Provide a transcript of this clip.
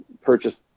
purchased